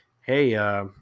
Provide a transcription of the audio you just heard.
hey